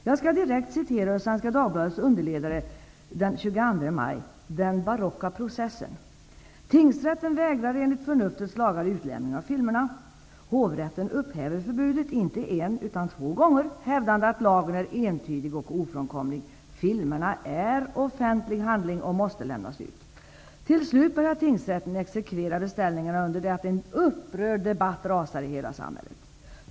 Jag skall direkt citera ur Svenska Dagbladets underledare ''Den barocka processen'' den 22 maj: ''Tingsrätten vägrar enligt förnuftets lagar utlämning av filmerna. Hovrätten upphäver förbudet inte en utan två gånger, hävdande att lagen är entydig och ofrånkomlig: filmerna är offentlig handling och måste lämnas ut. Till slut börjar tingsrätten exekvera beställningarna, under det att en upprörd debatt rasar.